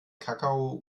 kakao